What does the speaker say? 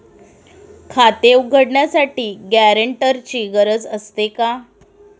खाते उघडण्यासाठी गॅरेंटरची गरज असते का?